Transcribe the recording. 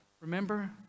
Remember